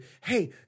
hey